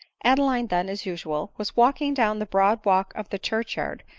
adeline then, as usual, was walking down the broad walk of the church-yard,